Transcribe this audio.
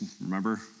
remember